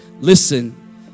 Listen